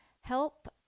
help